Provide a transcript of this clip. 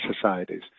societies